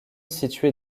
située